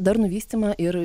darnų vystymą ir